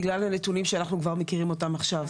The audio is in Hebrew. בגלל הנתונים שאנחנו כבר מכירים אותם עכשיו.